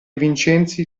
vincenzi